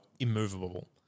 Immovable